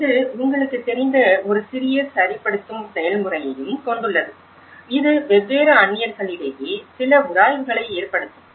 இது உங்களுக்குத் தெரிந்த ஒரு சிறிய சரிப்படுத்தும் செயல்முறையையும் கொண்டுள்ளது இது வெவ்வேறு அந்நியர்களிடையே சில உராய்வுகளை ஏற்படுத்தும்